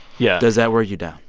yeah does that wear you down?